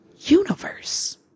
Universe